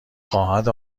خواهد